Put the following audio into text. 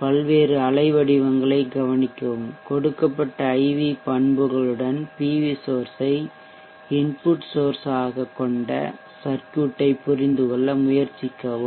பல்வேறு அலைவடிவங்களைக் கவனிக்கவும் கொடுக்கப்பட்ட IV பண்புகளுடன் PV சோர்ஷ் ஐ இன்புட் சோர்ஷ் ஆக கொண்ட சர்க்யூட் ஐ புரிந்துகொள்ள முயற்சிக்கவும்